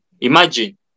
Imagine